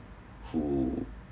who